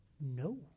No